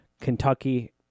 Kentucky